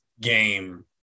game